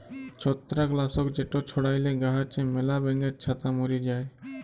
ছত্রাক লাসক যেট ছড়াইলে গাহাচে ম্যালা ব্যাঙের ছাতা ম্যরে যায়